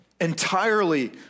entirely